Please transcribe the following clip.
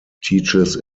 teaches